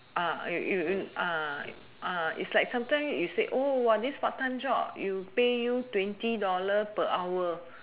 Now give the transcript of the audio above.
ah you you ah it's like sometime you say oh this part time job you pay you twenty dollar per hour